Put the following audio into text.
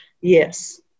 Yes